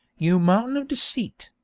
you mountain of deceit!